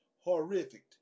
horrific